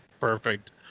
perfect